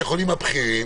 חרדים